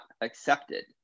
accepted